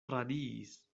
radiis